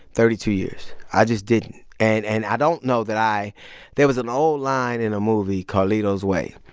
thirty-two years. i just didn't. and and i don't know that i there was an old line in a movie, carlito's way.